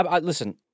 listen